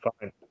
Fine